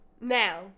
Now